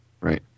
Right